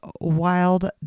wild